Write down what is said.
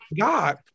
God